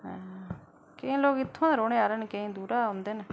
केईं लोक इत्थां दा रौह्ने आह्ले न केईं लोक दूरा आंदे न